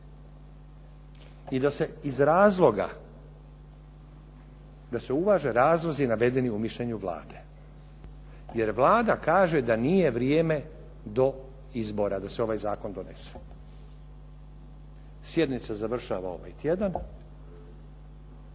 i da se iz razloga, da se uvaže razlozi navedeni u mišljenju Vlade jer Vlada kaže da nije vrijeme do izbora da se ovaj zakon donese. Sjednica završava ovaj tjedan,